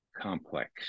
complex